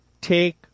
take